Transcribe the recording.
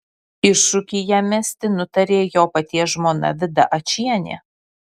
iššūkį jam mesti nutarė jo paties žmona vida ačienė